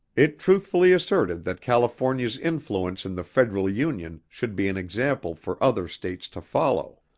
it truthfully asserted that california's influence in the federal union should be an example for other states to follow.